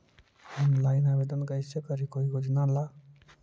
Online आवेदन कैसे करी कोई योजना ला?